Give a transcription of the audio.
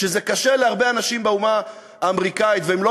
שזה קשה להרבה אנשים באומה האמריקנית והם לא